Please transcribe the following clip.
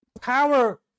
power